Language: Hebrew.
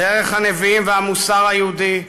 דרך הנביאים והמוסר היהודי,